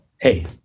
Hey